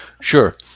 Sure